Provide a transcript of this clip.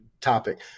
topic